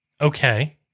Okay